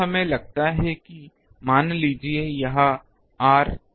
तो हमें लगता है कि मान लीजिए कि यह r 1000 मीटर है